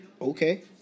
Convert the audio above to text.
okay